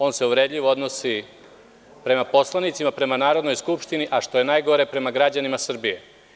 On se uvredljivo odnosi prema poslanicima, prema Narodnoj skupštini, a što je najgore prema građanima Srbije.